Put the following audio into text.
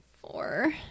Four